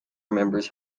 remembers